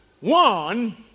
One